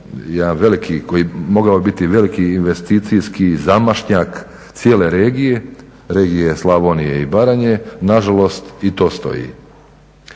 koji je mogao biti veliki investicijski zamašnjak cijele regije, regije Slavonije i Baranje, nažalost i to stoji.